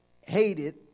hated